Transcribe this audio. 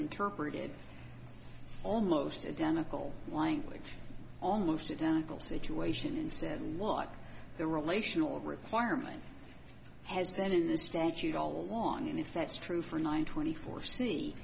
interpreted almost identical language almost identical situation and said what the relational requirement has been in the stands you all want and if that's true for nine twenty four